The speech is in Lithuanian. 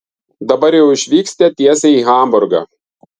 dabar jau išvyksite tiesiai į hamburgą